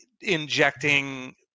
injecting